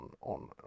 on